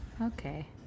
Okay